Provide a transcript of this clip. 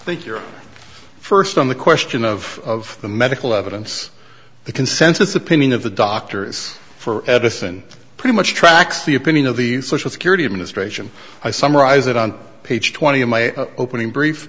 you think you're first on the question of the medical evidence the consensus opinion of the doctors for edison pretty much tracks the opinion of the social security administration i summarize it on page twenty in my opening brief